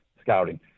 scouting